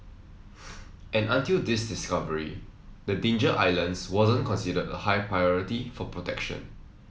and until this discovery the Danger Islands wasn't considered a high priority for protection